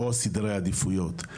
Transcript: או סדרי העדיפויות.